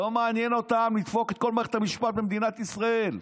לא מעניין אותם לדפוק את כל מערכת המשפט במדינת ישראל.